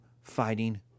fighting